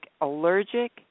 allergic